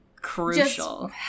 crucial